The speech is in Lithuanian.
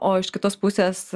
o iš kitos pusės